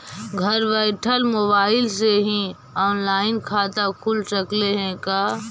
घर बैठल मोबाईल से ही औनलाइन खाता खुल सकले हे का?